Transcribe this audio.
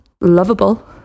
lovable